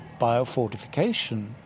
biofortification